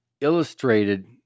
illustrated